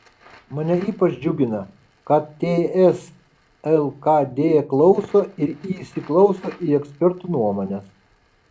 mane ypač džiugina kad ts lkd klauso ir įsiklauso į ekspertų nuomones